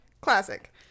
Classic